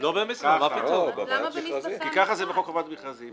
כי ככה זה בחוק חובת המכרזים.